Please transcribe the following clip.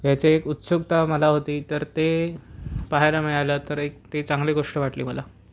याचे एक उत्सुकता मला होती तर ते पाहायला मिळालं तर एक ते चांगली गोष्ट वाटली मला